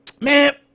man